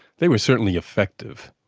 they were certainly effective.